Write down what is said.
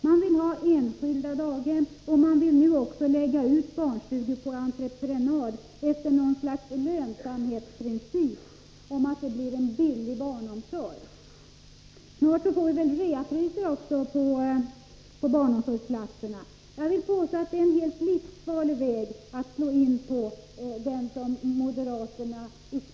De vill ha daghem som drivs i enskild regi, och de vill lägga ut barnstugor på entreprenad efter något slags lönsamhetsprincip. De räknar på så sätt med att få en billig barnomsorg. Snart får vi väl rea-priser på barnomsorgsplatserna. Jag påstår att den modell som moderaterna går i spetsen för är helt livsfarlig.